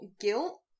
guilt